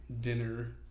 dinner